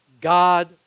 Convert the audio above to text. God